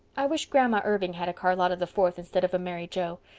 i wish grandma irving had a charlotta the fourth instead of a mary joe.